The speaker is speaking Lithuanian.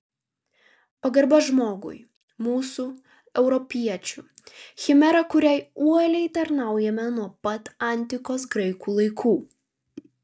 pagarba žmogui mūsų europiečių chimera kuriai uoliai tarnaujame nuo pat antikos graikų laikų